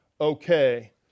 Okay